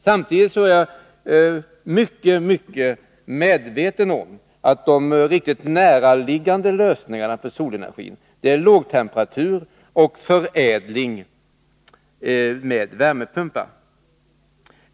Samtidigt är jag helt medveten om att de allra mest närliggande lösningarna när det gäller solenergin är utnyttjande av låga temperaturer och förädling med hjälp av värmepumpar.